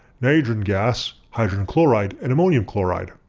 nitrogen gas, hydrogen chloride and ammonium chloride.